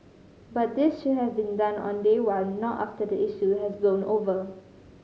but this should have been done on day one not after the issue has blown over